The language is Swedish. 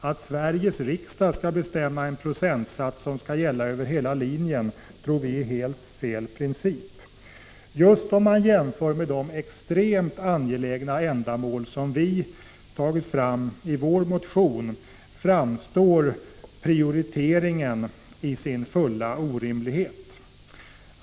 Att Sveriges riksdag skall bestämma en procentsats som skall gälla över hela linjen tror vi är en helt felaktig princip. Just om man jämför med de extremt angelägna ändamål vi berör i vår motion framstår prioriteringen i sin fulla orimlighet.